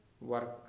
work